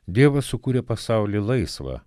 dievas sukurė pasaulį laisvą